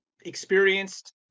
experienced